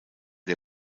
der